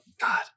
God